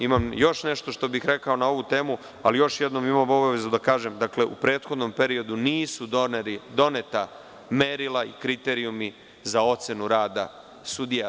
Imam još nešto što bih rekao na ovu temu, ali još jednom imam obavezu da kažem – u prethodnom periodu nisu doneta merila i kriterijumi za ocenu rada sudija.